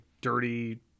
dirty